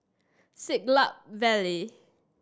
Siglap Valley